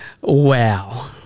Wow